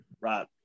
right